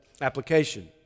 application